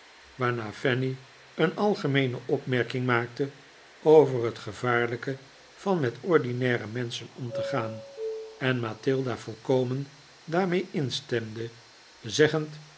waarna fanny een algemeene opmerking maakte over het gevaaflijke van met ordinaire menschen om te gaan en mathilda volkomen daarmee instemde zeggend